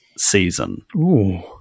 season